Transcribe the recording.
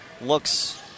looks